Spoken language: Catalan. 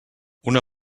una